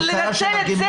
אז לנצל את זה?